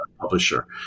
publisher